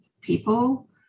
people